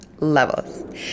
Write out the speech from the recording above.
Levels